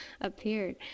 appeared